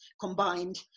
combined